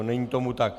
Není tomu tak.